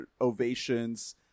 ovations